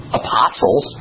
apostles